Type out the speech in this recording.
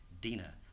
Dina